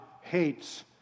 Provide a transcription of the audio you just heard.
hates